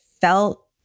felt